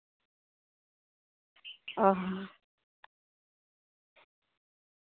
ᱚ ᱦᱚᱸ